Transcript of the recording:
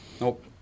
nope